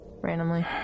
randomly